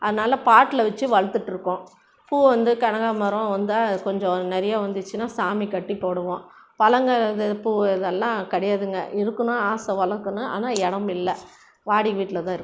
அதனால பாட்டில் வச்சு வளர்த்துட்டு இருக்குகோம் பூவை வந்து கனகா மரம் வந்தால் கொஞ்சம் நிறையா வந்துச்சுனா சாமிக்கு கட்டி போடுவோம் பழங்க இது பூவை இதை எல்லாம் கிடையாதுங்க இருக்கணும் ஆசை வளர்க்கணும் ஆனால் இடம் இல்லை வாடைகை வீட்டில் தான் இருக்கிறுகோம்